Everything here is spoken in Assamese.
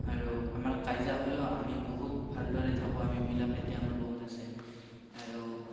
আৰু আমাৰ কাজিয়া হ'লেও আমি বহুত ভালদৰে থাকোঁ আমি মিলা প্ৰীতি আমাৰ বহুত আছে আৰু